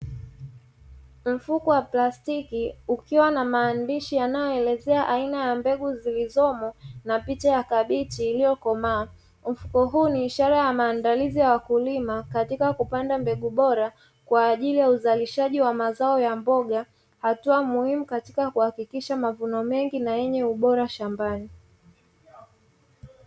Mfuko wa plastiki ukiwa na maandishi yanayoelezea aina ya mbegu zilizomo na picha ya kabichi iliyokomaa, mfuko huu ni ishara ya maandalizi ya wakulima katika kupanda mbegu bora kwa ajili ya uzalishaji wa mazao ya mboga, hatua muhimu katika kuhakikisha mavuno mengi na yenye ubora shambani.